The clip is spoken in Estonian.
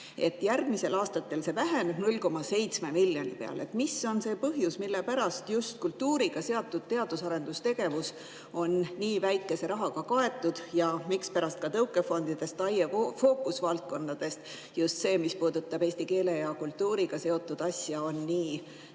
Järgmistel aastatel väheneb see 0,7 miljoni peale. Mis on see põhjus, mille pärast just kultuuriga seotud teadus- ja arendustegevus on nii väikese rahaga kaetud? Ja mispärast ka tõukefondide ja TAIE fookusvaldkondade puhul just see, mis puudutab eesti keele ja kultuuriga seotut, on